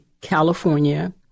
California